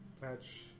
Patch